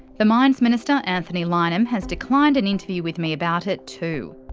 the mines minister anthony lynham has declined an interview with me about it too.